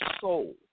soul